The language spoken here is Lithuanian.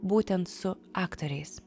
būtent su aktoriais